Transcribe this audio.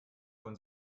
von